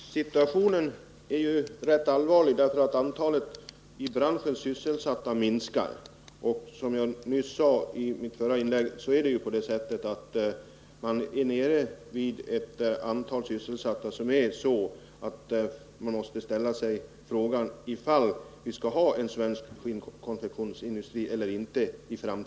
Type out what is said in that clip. Herr talman! Situationen är ju rätt allvarlig, eftersom antalet i branschen sysselsatta minskar. Som jag sade i mitt förra inlägg är nu antalet sysselsatta så lågt att man måste ställa sig frågan om vi i framtiden skall ha en svensk skinnkonfektionsindustri eller inte.